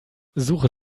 suche